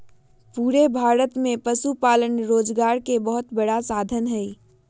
पूरे भारत में पशुपालन रोजगार के बहुत बड़ा साधन हई